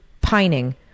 pining